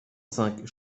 cinq